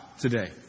today